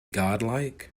godlike